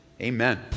Amen